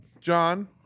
John